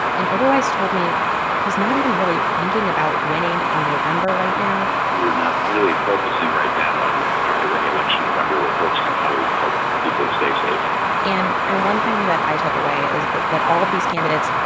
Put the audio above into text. and oberweis told me he's not even really thinking about winning in november right now we're not really focusing right now on trying to win the election in november we're focusing on how do we help people stay safe and and one thing that i took away is that that all of these candidates,